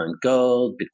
Gold